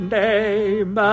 name